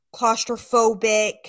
claustrophobic